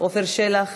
עפר שלח,